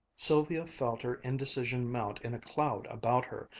sylvia felt her indecision mount in a cloud about her,